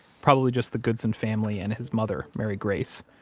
probably just the goodson family and his mother, mary grace.